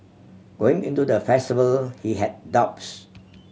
went into the festival he had doubts